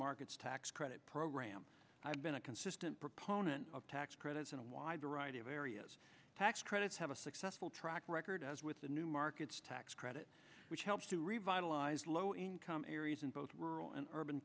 markets tax credit program i've been a consistent proponent of tax credits in a wide variety of areas tax credits have a successful track record as with the new markets tax credit which helps to revitalize low income areas in both rural and urban